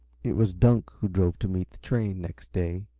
it was dunk who drove to meet the train, next day,